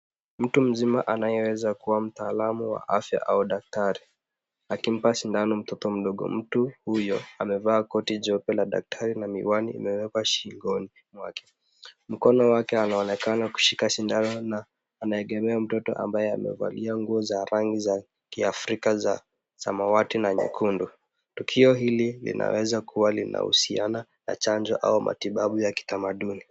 Mtu mzima anayeweza kuwa mtaalamu wa afya au daktari akimpa sindano mtoto mdogo. Mtu huyo amevaa koti jeupe la daktari na miwani imewekwa shingoni mwake. Mkono wake anaonekana kushika sindano na anaegemea mtoto ambaye amevalia nguo za rangi za kiafrika za samawati na nyekundu. Tukio hili linaweza kuwa linahusiana na chanjo au matibabu ya kitamaduni.